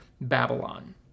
Babylon